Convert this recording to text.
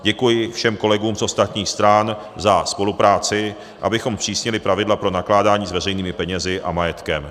Děkuji všem kolegům z ostatních stran za spolupráci, abychom zpřísnili zpravidla pro nakládání s veřejnými penězi a majetkem.